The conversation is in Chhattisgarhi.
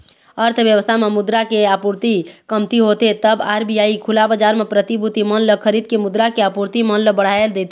अर्थबेवस्था म मुद्रा के आपूरति कमती होथे तब आर.बी.आई खुला बजार म प्रतिभूति मन ल खरीद के मुद्रा के आपूरति मन ल बढ़ाय देथे